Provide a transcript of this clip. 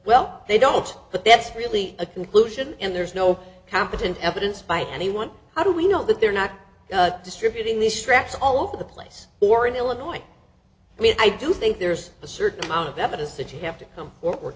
well they don't but that's really a conclusion and there's no competent evidence by anyone how do we know that they're not distributing these straps all over the place or in illinois i mean i do think there's a certain amount of evidence that you have to